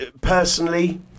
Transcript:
personally